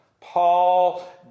Paul